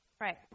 Right